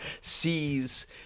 sees